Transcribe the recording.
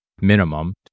minimum